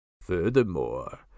Furthermore